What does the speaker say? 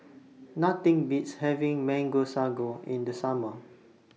Nothing Beats having Mango Sago in The Summer